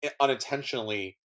unintentionally